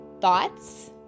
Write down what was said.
thoughts